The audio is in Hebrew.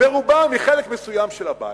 ברובם מחלק מסוים של הבית,